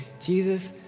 Jesus